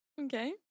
Okay